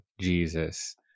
Jesus